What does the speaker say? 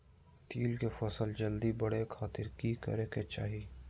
तिल के फसल जल्दी बड़े खातिर की करे के चाही?